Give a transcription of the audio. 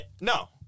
No